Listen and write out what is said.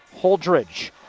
Holdridge